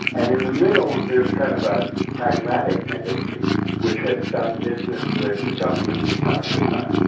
and in the middle there's kind of a pragmatic tendency which has done business with the government from time to time.